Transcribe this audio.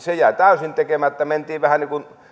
se jäi täysin tekemättä mentiin vähän niin kuin